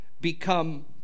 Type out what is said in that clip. become